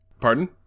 Pardon